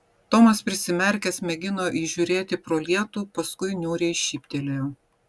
tomas prisimerkęs mėgino įžiūrėti pro lietų paskui niūriai šyptelėjo